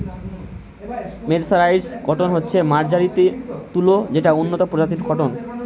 mercerised cotton হচ্ছে মার্জারিত তুলো যেটা উন্নত প্রজাতির কট্টন